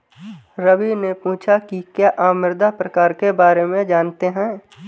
रवि ने पूछा कि क्या आप मृदा प्रकार के बारे में जानते है?